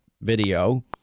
video